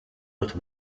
with